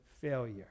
failure